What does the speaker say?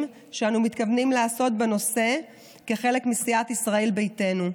שאנו מתכוונים לעשות בנושא כחלק מסיעת ישראל ביתנו.